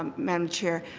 madam chair,